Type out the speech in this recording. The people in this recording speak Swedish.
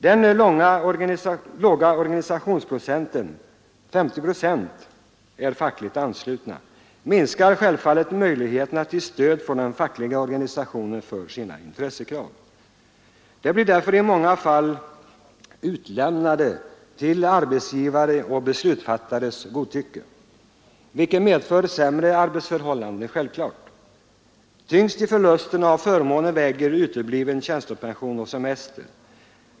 Den låga organisationsprocenten — endast 50 procent är fackligt anslutna — minskar självfallet möjligheterna för de anställda att få stöd från den fackliga organisationen för sina intressekrav. De blir därför i många fall utlämnade till arbetsgivares och beslutsfattares godtycke, vilket självklart medför sämre arbetsförhållanden. Tyngst i förluster av förmåner väger utebliven tjänstepension och semester.